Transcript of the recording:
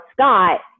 Scott